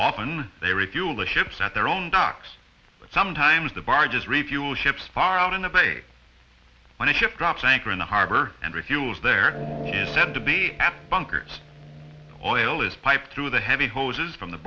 often they refuel the ships at their own docks sometimes the barges refuel ships far out in the bay when a ship drops anchor in the harbor and refuels they're said to be at bunkers oil is pipe through the heavy hoses from the